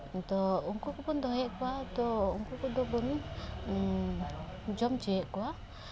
ᱟᱫᱚ ᱩᱱᱠᱩ ᱠᱚᱵᱚᱱ ᱫᱚᱦᱚᱭᱮᱜ ᱠᱚᱣᱟ ᱛᱚ ᱩᱱᱠᱩ ᱠᱚᱫᱚ ᱵᱟᱵᱚᱱ ᱡᱚᱢ ᱦᱚᱪᱚᱭᱮᱜ ᱠᱚᱣᱟ